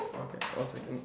okay one second